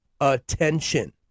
attention